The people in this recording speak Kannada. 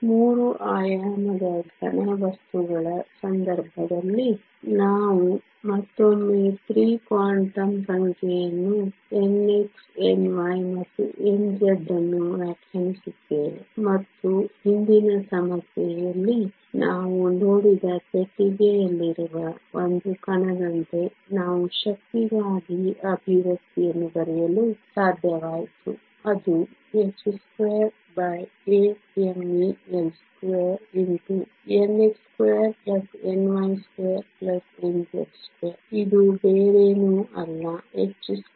3 ಆಯಾಮದ ಘನವಸ್ತುಗಳ ಸಂದರ್ಭದಲ್ಲಿ ನಾವು ಮತ್ತೊಮ್ಮೆ 3 ಕ್ವಾಂಟಮ್ ಸಂಖ್ಯೆಗಳನ್ನು nx ny ಮತ್ತು nz ಅನ್ನು ವ್ಯಾಖ್ಯಾನಿಸುತ್ತೇವೆ ಮತ್ತು ಹಿಂದಿನ ಸಮಸ್ಯೆಯಲ್ಲಿ ನಾವು ನೋಡಿದ ಪೆಟ್ಟಿಗೆಯಲ್ಲಿರುವ ಒಂದು ಕಣದಂತೆ ನಾವು ಶಕ್ತಿಗಾಗಿ ಅಭಿವ್ಯಕ್ತಿಯನ್ನು ಬರೆಯಲು ಸಾಧ್ಯವಾಯಿತು ಅದು h28meL2nx2ny2nz2 ಇದು ಬೇರೇನೂ ಅಲ್ಲ h2n28mL2